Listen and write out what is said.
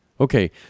Okay